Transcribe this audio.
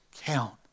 count